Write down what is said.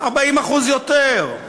40% יותר.